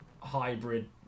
hybrid